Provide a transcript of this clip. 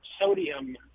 sodium